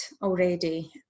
already